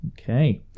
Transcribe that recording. Okay